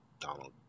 Donald